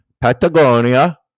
Patagonia